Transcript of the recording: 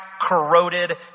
corroded